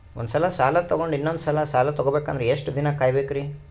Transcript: ಒಂದ್ಸಲ ಸಾಲ ತಗೊಂಡು ಇನ್ನೊಂದ್ ಸಲ ಸಾಲ ತಗೊಬೇಕಂದ್ರೆ ಎಷ್ಟ್ ದಿನ ಕಾಯ್ಬೇಕ್ರಿ?